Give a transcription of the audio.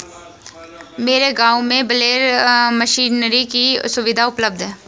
मेरे गांव में बेलर मशीनरी की सुविधा उपलब्ध है